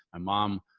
ah mom,